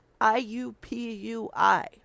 IUPUI